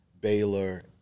Baylor